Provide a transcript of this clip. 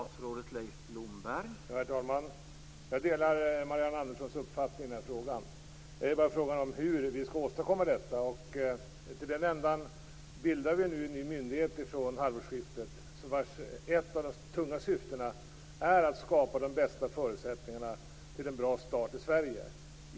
Herr talman! Jag delar Marianne Anderssons uppfattning. Frågan är bara hur vi skall åstadkomma detta. Vi bildar nu från halvårsskiftet en ny myndighet. Ett av de tunga syftena är att denna myndighet skall skapa de bästa förutsättningarna för en bra start i Sverige.